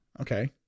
okay